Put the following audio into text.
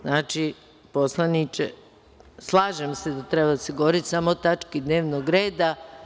Znači, poslaničke slažem se da treba da se govori samo o tački dnevnog reda.